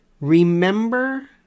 Remember